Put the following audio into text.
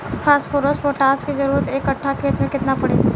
Phosphorus potash के जरूरत एक कट्ठा खेत मे केतना पड़ी?